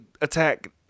attack